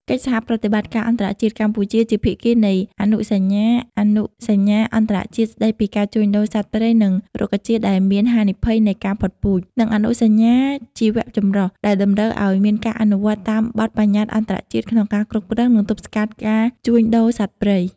កិច្ចសហប្រតិបត្តិការអន្តរជាតិ កម្ពុជាជាភាគីនៃអនុសញ្ញា អនុសញ្ញាអន្តរជាតិស្តីពីការជួញដូរសត្វព្រៃនិងរុក្ខជាតិដែលមានហានិភ័យនៃការផុតពូជ និងអនុសញ្ញាជីវៈចម្រុះ ដែលតម្រូវឱ្យមានការអនុវត្តតាមបទប្បញ្ញត្តិអន្តរជាតិក្នុងការគ្រប់គ្រង និងទប់ស្កាត់ការជួញដូរសត្វព្រៃ។